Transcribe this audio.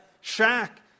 shack